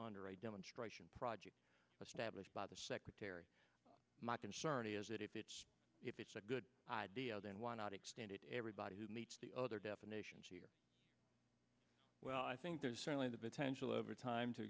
i demonstrate project stablished by the secretary my concern is that if it's if it's a good idea then why not extend it to everybody who meets the other definitions here well i think there's certainly the potential over time to